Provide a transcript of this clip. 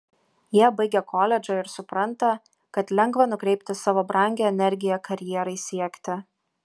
jie baigia koledžą ir supranta kad lengva nukreipti savo brangią energiją karjerai siekti